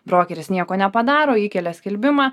brokeris nieko nepadaro įkelia skelbimą